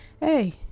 hey